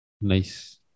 Nice